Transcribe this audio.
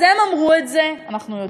אז הם אמרו את זה, אנחנו יודעים.